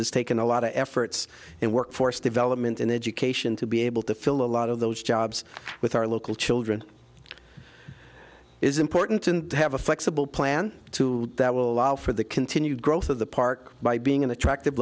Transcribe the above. has taken a lot of efforts in workforce development and education to be able to fill a lot of those jobs with our local children is important to have a flexible plan too that will allow for the continued growth of the park by being an attractive